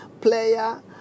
player